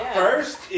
first